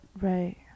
right